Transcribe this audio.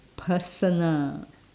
personal